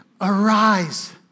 arise